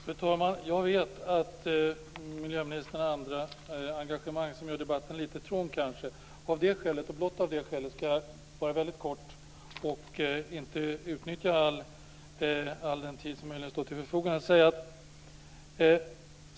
Fru talman! Jag vet att miljöministern har andra engagemang. Av det skälet - och blott av det skälet - skall jag vara väldigt kortfattad och inte utnyttja all den tid som står till mitt förfogande.